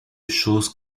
chose